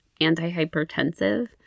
antihypertensive